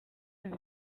viza